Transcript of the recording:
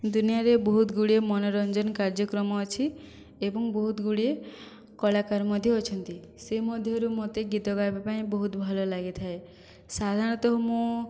ଦୁନିଆରେ ବହୁତ ଗୁଡ଼ିଏ ମନୋରଞ୍ଜନ କାର୍ଯ୍ୟକ୍ରମ ଅଛି ଏବଂ ବହୁତ ଗୁଡ଼ିଏ କଳାକାର ମଧ୍ୟ ଅଛନ୍ତି ସେ ମଧ୍ୟରୁ ମୋତେ ଗୀତ ଗାଇବା ପାଇଁ ବହୁତ ଭଲ ଲାଗିଥାଏ ସାଧାରଣତଃ ମୁଁ